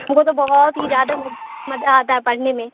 وہ تو بہت ہی زیادہ مزہ آتا ہے پڑھنے میں